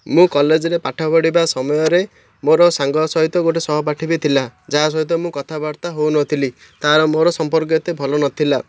ମୁଁ କଲେଜରେ ପାଠ ପଢ଼ିବା ସମୟରେ ମୋର ସାଙ୍ଗ ସହିତ ଗୋଟିଏ ସହପାଠୀ ବି ଥିଲା ଯାହା ସହିତ ମୁଁ କଥାବାର୍ତ୍ତା ହେଉନଥିଲି ତାର ମୋର ସମ୍ପର୍କ ଏତେ ଭଲ ନଥିଲା